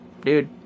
dude